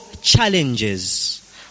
challenges